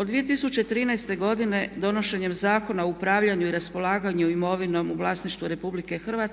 Od 2013. godine donošenjem Zakona o upravljanju i raspolaganju imovinom u vlasništvu RH